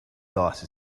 dice